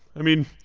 i mean,